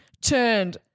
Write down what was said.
turned